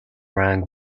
rang